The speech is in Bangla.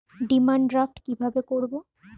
ডিমান ড্রাফ্ট কীভাবে করব?